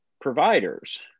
providers